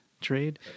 trade